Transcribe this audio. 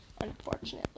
unfortunately